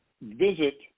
visit